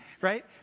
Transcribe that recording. right